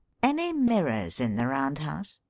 any mirrors in the round house?